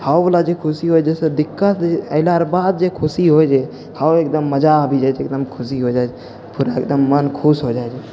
हउवला जे खुशी होइ छै जइसे दिक्कत अएला रऽ बाद जे खुशी होइ छै हउ एकदम मजा आबि जाइ छै एकदम खुशी हो जाइ छै पूरा एकदम मोन खुश हो जाइ छै